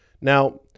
Now